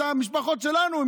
את המשפחות שלנו.